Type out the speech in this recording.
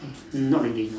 not really no